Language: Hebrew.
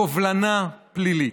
קובלנה פלילית.